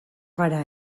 gara